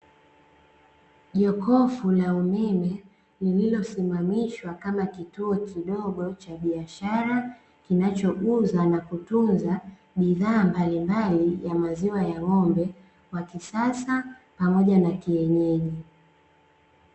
Jokofu la umeme lililosimamishwa kama kituo kidogo cha biashara, kinachouza na kutunza bidhaa mbalimbali za maziwa ya ng'ombe wa kisasa, pamoja na kienyeji.